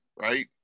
right